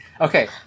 Okay